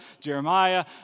Jeremiah